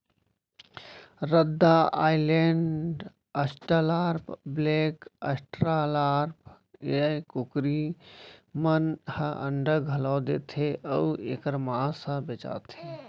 रद्दा island, Australorp, black Australorp ए कुकरी मन ह अंडा घलौ देथे अउ एकर मांस ह बेचाथे